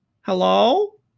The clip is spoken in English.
Hello